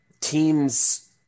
teams